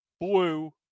Blue